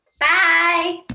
Bye